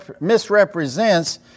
misrepresents